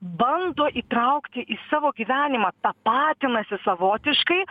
bando įtraukti į savo gyvenimą tapatinasi savotiškai